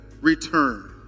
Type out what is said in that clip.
return